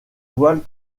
voiles